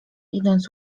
idąc